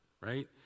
right